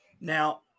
Now